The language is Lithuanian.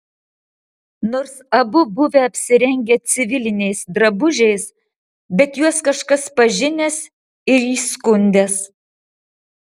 nors abu buvę apsirengę civiliniais drabužiais bet juos kažkas pažinęs ir įskundęs